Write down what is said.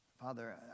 Father